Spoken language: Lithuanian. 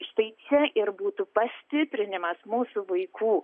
štai čia ir būtų pastiprinimas mūsų vaikų